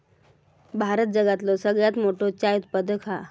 भारत जगातलो सगळ्यात मोठो चाय उत्पादक हा